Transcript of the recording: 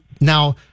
now